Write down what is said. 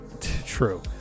True